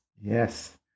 yes